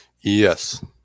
Yes